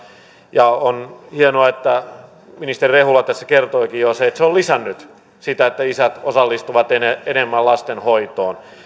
ja on hienoa että ministeri rehula tässä kertoikin jo sen se on lisännyt sitä että isät osallistuvat enemmän lastenhoitoon